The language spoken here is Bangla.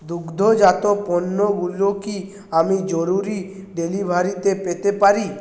দুগ্ধজাত পণ্য গুলো কি আমি জরুরি ডেলিভারিতে পেতে পারি